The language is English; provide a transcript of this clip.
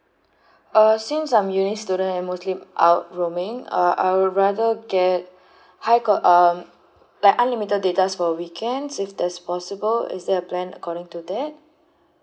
uh since I'm a uni student I'm mostly out roaming uh I would rather get high cal~ um like unlimited datas for the weekends if that's possible is there a plan according to that